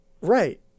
right